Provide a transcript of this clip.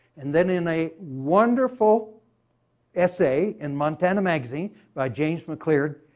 and then in a wonderful essay in montana magazine by james mclaird,